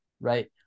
right